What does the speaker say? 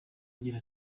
agira